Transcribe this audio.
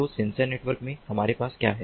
तो sensor network में हमारे पास क्या है